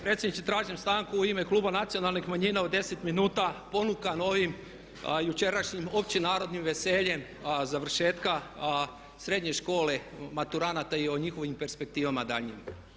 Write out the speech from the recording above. Predsjedniče tražim stanku u ime Kluba nacionalnih manjina od 10 minuta ponukan ovim jučerašnjim općenarodnim veseljem završetka srednje škole, maturanata i o njihovim perspektivama daljnjim.